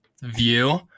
view